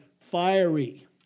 fiery